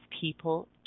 people